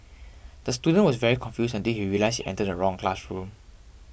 the student was very confused until he realised he entered the wrong classroom